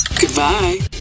Goodbye